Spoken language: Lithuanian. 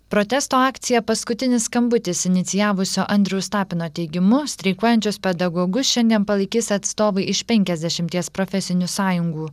protesto akciją paskutinis skambutis inicijavusio andriaus tapino teigimu streikuojančius pedagogus šiandien palaikys atstovai iš penkiasdešimties profesinių sąjungų